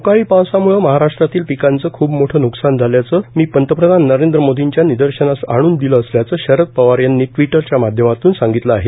अवकाळी पावसाम्ळे महाराष्ट्रातील पिकांचं ख्प मोठं न्कसान झाल्याचं मी पंतप्रधान नरेंद्र मोदींच्या निदर्शनास आणून दिलं असल्याचं शरद पवार यांनी ट्विटरच्या माध्यमातून सांगितलं आहे